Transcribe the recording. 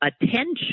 attention